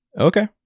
Okay